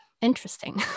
interesting